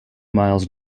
miles